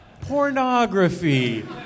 Pornography